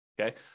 okay